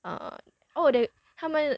uh oh they 他们